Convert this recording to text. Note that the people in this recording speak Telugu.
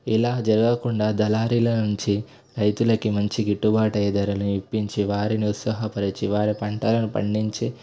ఇలా జరగకుండా దళారీలనుంచి రైతులకి మంచి గిట్టుబాటు అయ్యే ధరలు ఇప్పించి వారిని ఉత్సాహపరచి వారి పంటలను పండించి